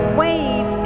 wave